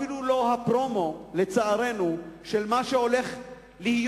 אפילו לא הפרומו של מה שהולך להיות.